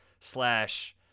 slash